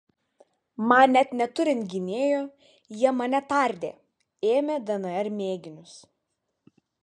man net neturint gynėjo jie mane tardė ėmė dnr mėginius